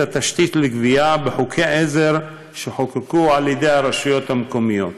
התשתית לגבייה בחוקי עזר שחוקקו הרשויות המקומיות.